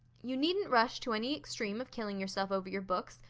you needn't rush to any extreme of killing yourself over your books.